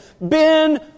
Ben